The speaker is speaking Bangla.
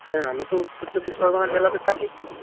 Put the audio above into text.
হ্যাঁ আমি তো উত্তর চব্বিশ পরগনা জেলাতে থাকি